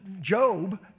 Job